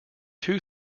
two